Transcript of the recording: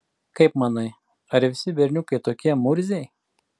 kaip manai ar visi berniukai tokie murziai